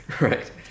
Right